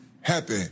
happy